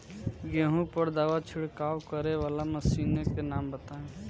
गेहूँ पर दवा छिड़काव करेवाला मशीनों के नाम बताई?